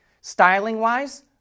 Styling-wise